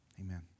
Amen